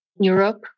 Europe